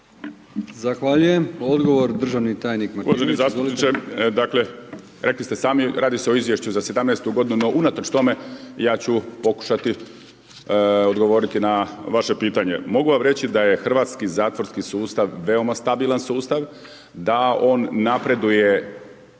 Zahvaljujem. Odgovor, državni tajnik Martinović.